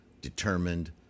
determined